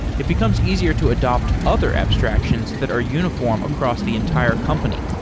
it becomes easier to adopt other abstractions that are uniform across the entire company,